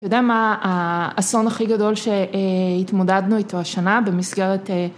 אתה יודע מה האסון הכי גדול ש.. אה.. התמודדנו איתו השנה במסגרת אה..